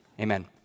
Amen